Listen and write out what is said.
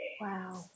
Wow